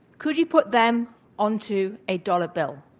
could you put them onto a dollar bill?